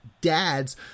dads